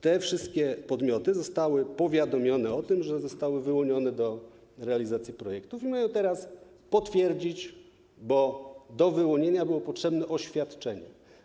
Te wszystkie podmioty zostały powiadomione o tym, że zostały wyłonione do realizacji projektów i mają teraz to potwierdzić, bo do wyłonienia było potrzebne oświadczenie.